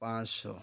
ପାଞ୍ଚଶହ